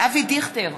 אבי דיכטר,